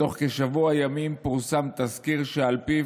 בתוך כשבוע ימים פורסם תזכיר שעל פיו